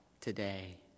today